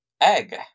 Egg